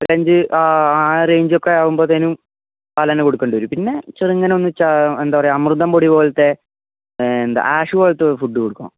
ഒരു റേഞ്ചൊക്കെ ആവുമ്പോഴത്തേക്കും പാൽ തന്നെ കൊടുക്കേണ്ടി വരും പിന്നെ ചെറുങ്ങനെ ഒന്ന് എന്താണ് പറയുക അമൃതം പൊടി പോലത്തെ എന്താണ് ആഷ് പോലത്തെ ഫുഡ് കൊടുക്കണം